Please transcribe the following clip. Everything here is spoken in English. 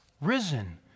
risen